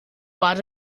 but